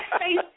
face